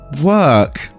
work